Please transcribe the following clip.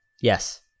Yes